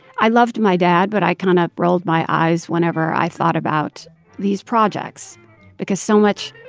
i loved my dad. but i kind of rolled my eyes whenever i thought about these projects because so much